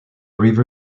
river